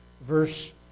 verse